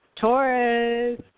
Taurus